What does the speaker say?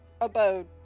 abode